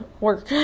work